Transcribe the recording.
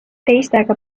teistega